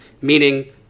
Meaning